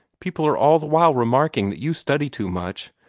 people are all the while remarking that you study too much.